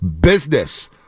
Business